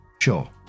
Sure